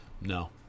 no